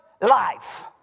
life